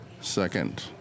second